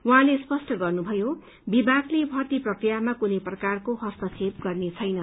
उहाँले स्पष्ट गर्नुभयो विभागले भर्ती प्रक्रियामा कुनै प्रकारको हस्तक्षेप गर्नेछैन